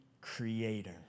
creator